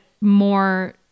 more